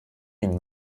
ihnen